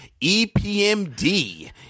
EPMD